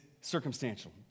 circumstantial